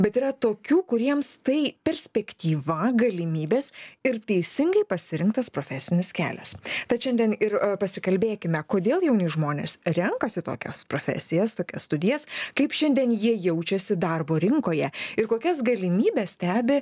bet yra tokių kuriems tai perspektyva galimybės ir teisingai pasirinktas profesinis kelias tad šiandien ir pasikalbėkime kodėl jauni žmonės renkasi tokias profesijas tokias studijas kaip šiandien jie jaučiasi darbo rinkoje ir kokias galimybes stebi